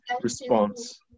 response